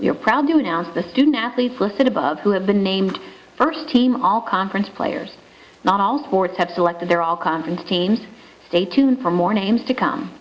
are proud to announce the student athletes listed above who have been named first team all conference players not all boards have selected their all conference teams stay tuned for more names to come